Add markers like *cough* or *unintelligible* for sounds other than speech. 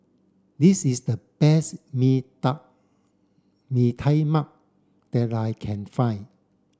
this is the best Mee *unintelligible* Mee Tai Mak that I can find